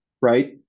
right